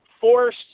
force